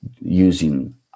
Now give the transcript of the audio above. using